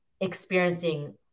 experiencing